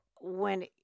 when-